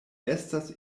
estas